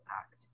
act